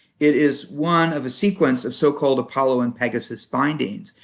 it is one of a sequence of so-called apollo and pegasus bindings.